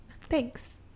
Thanks